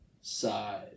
side